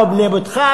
פה "בנה ביתך".